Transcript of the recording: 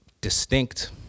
distinct